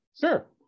Sure